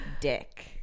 dick